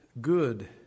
good